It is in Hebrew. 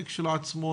זה כשלעצמו,